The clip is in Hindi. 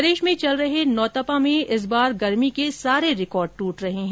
प्रदेश में चल रहे नौतपा में इस बार गर्मी के सारे रिकॉर्ड ट्ट रहे है